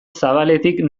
zabaletik